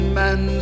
men